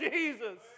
Jesus